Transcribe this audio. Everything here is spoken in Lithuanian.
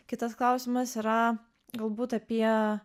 kitas klausimas yra galbūt apie